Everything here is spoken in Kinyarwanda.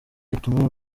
ituma